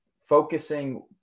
focusing